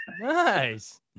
Nice